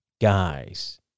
guys